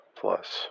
plus